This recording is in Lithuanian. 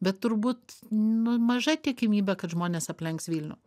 bet turbūt nu maža tikimybė kad žmonės aplenks vilnių